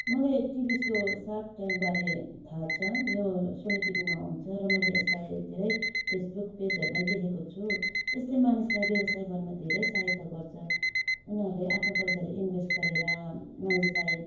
मलाई TV show shark ट्याङ्कबारे थाहा छ यो सोनी टिभीमा आउँछ र मैले यसलाई धेरै फेसबुक पेजहरूमा पनि देखेको छु यसले मानिसलाई व्यवसाय गर्नुमा धेरै सहायता गर्छ उनीहरूले आफ्नो पैसाहरू इन्भेस्ट गरेर मानिसलाई